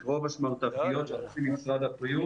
את רוב השמרטפיות שמפעיל משרד הבריאות